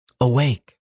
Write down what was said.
Awake